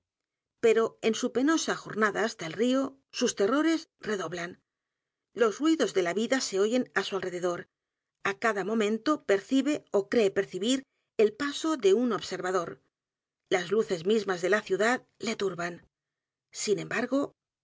pero en su penosa j o r nada hasta el río sus terrores redoblan los ruidos de la vida se oyen á su alrededor a cada momento percibe ó cree percibir el paso de u n observador las luces mismas de la ciudad le turban sin